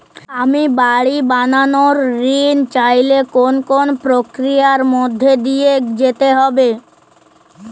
আমি বাড়ি বানানোর ঋণ চাইলে কোন কোন প্রক্রিয়ার মধ্যে দিয়ে যেতে হবে?